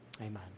Amen